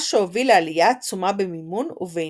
מה שהוביל לעלייה עצומה במימון ובעניין.